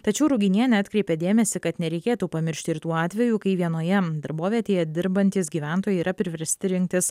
tačiau ruginienė atkreipė dėmesį kad nereikėtų pamiršti ir tų atvejų kai vienoje darbovietėje dirbantys gyventojai yra priversti rinktis